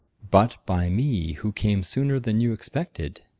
but by me, who came sooner than you expected.